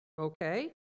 Okay